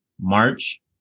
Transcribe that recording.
March